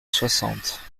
soixante